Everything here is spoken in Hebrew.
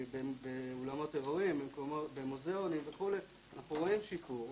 אנחנו רואים שיש כאן